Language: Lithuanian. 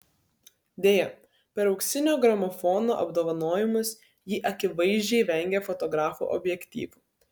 deja per auksinio gramofono apdovanojimus ji akivaizdžiai vengė fotografų objektyvų